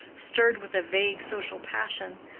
stirred with a vague social passion,